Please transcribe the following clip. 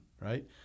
right